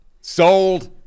sold